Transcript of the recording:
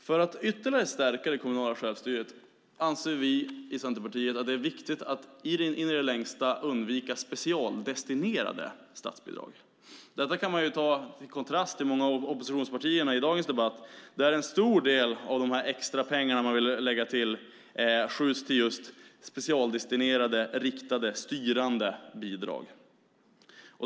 För att ytterligare stärka det kommunala självstyret anser vi i Centerpartiet att det är viktigt att in i det längsta undvika specialdestinerade statsbidrag, detta i kontrast till många av oppositionspartierna i dagens debatt där en stor del av de extra pengar man vill lägga till skjuts till just specialdestinerade, riktade, styrande bidrag.